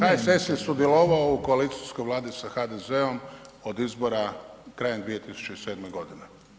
HSS je sudjelovao u koalicijskoj Vladi sa HDZ-om od izbora krajem 2007. godine.